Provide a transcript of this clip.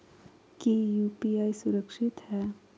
की यू.पी.आई सुरक्षित है?